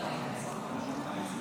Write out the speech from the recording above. אתה יכול להכריז על הפסקה במליאה?